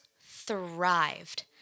thrived